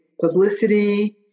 publicity